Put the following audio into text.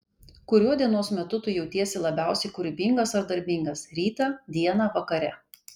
kuriuo dienos metu tu jautiesi labiausiai kūrybingas ar darbingas rytą dieną vakare